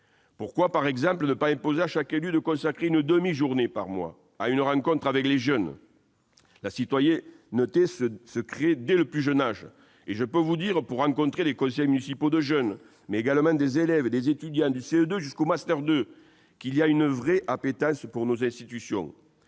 Pourquoi, par exemple, ne pas imposer à chaque élu de consacrer une demi-journée par mois à une rencontre avec les jeunes ? La citoyenneté se crée dès le plus jeune âge, et je peux vous dire, pour rencontrer les conseils municipaux de jeunes, mais également des élèves et des étudiants du CE2 jusqu'au master 2, qu'il y a une vraie appétence pour nos institutions.